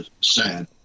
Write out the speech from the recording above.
sad